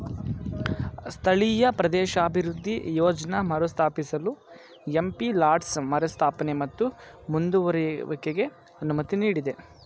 ಸ್ಥಳೀಯ ಪ್ರದೇಶಾಭಿವೃದ್ಧಿ ಯೋಜ್ನ ಮರುಸ್ಥಾಪಿಸಲು ಎಂ.ಪಿ ಲಾಡ್ಸ್ ಮರುಸ್ಥಾಪನೆ ಮತ್ತು ಮುಂದುವರೆಯುವಿಕೆಗೆ ಅನುಮತಿ ನೀಡಿದೆ